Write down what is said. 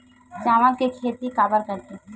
चावल के खेती काबर करथे?